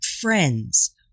friends